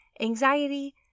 anxiety